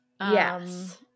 Yes